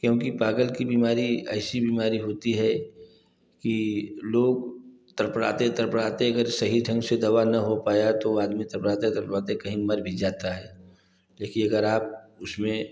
क्योंकि पागल की बीमारी ऐसी बीमारी होती है कि लोग तड़पड़ाते तड़पड़ाते अगर सही ढंग से दवा न हो पाया तो आदमी तड़पड़ाते तड़पड़ाते कहीं मर भी जाता है देखिए अगर आप उसमें